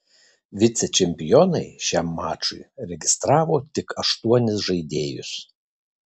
vicečempionai šiam mačui registravo tik aštuonis žaidėjus